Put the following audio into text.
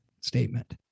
statement